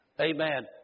Amen